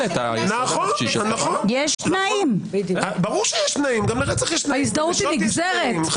ברור שיש תנאים, גם לרצח יש תנאים.